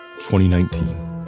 2019